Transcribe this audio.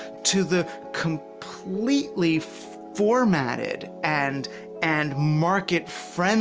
to the completely formatted and and market-friendly